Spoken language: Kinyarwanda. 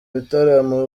bitaramo